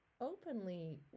openly